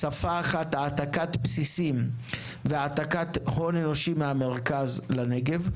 שפה אחת היא העתקת הבסיסים והעתקת ההון האנושי מהמרכז לנגב.